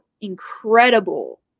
incredible